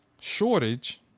shortage